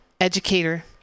educator